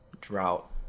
drought